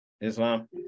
Islam